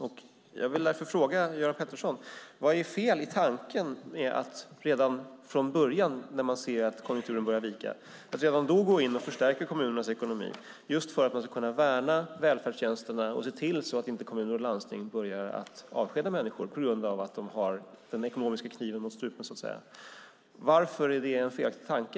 Vad är fel i tanken, Göran Pettersson, med att redan från början när man ser att konjunkturen börjar vika gå in och förstärka kommunernas ekonomi, just för att kunna värna välfärdstjänsterna och se till att kommuner och landsting inte börjar avskeda människor på grund av den ekonomiska kniven mot strupen? Varför är det en felaktig tanke?